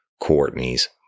Courtney's